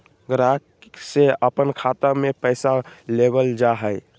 ग्राहक से अपन खाता में पैसा लेबल जा हइ